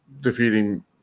defeating